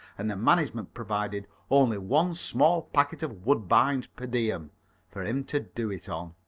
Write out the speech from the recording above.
and the management provided only one small packet of woodbines per diem for him to do it on.